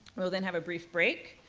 we'll then have a brief break,